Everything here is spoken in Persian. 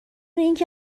اینکه